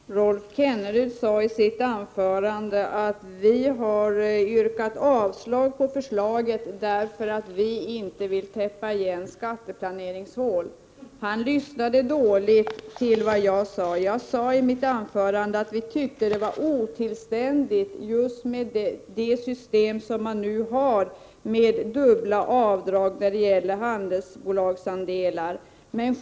Herr talman! Rolf Kenneryd sade i sitt anförande att vi har yrkat avslag pi förslaget i fråga därför att vi inte vill täppa igen vissa hål i lagstiftningen näl det gäller skatteplanering. Men då har Rolf Kenneryd lyssnat dåligt på vad jag sade. Jag sade nämligen i mitt anförande att vi tyckte att det nuvarand systemet var otillständigt med tanke på de dubbla avdragen beträffand handelsbolagsandelar.